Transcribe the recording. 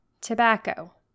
tobacco